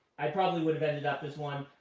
i probably would have ended up as one.